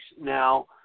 now